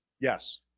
yes